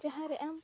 ᱡᱟᱦᱟᱸᱨᱮ ᱟᱢ